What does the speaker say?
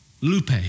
lupe